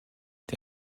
die